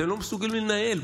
אתם לא מסוגלים לנהל.